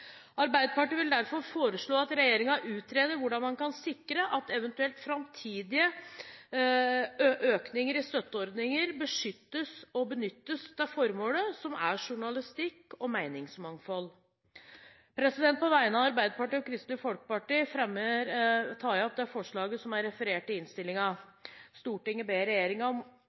Arbeiderpartiet vil derfor foreslå at regjeringen utreder hvordan man kan sikre at eventuelle framtidige økninger i støtteordninger beskyttes og benyttes til formålet, som er journalistikk og meningsmangfold. På vegne av Arbeiderpartiet og Kristelig Folkeparti tar jeg opp forslaget som er referert i innstillingen: «Stortinget ber regjeringen om